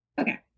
Okay